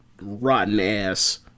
rotten-ass